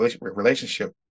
relationship